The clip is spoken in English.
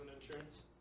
insurance